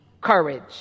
courage